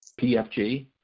PFG